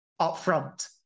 upfront